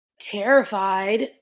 terrified